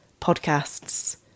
podcasts